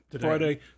Friday